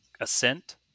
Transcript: Ascent